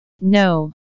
No